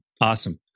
Awesome